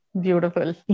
Beautiful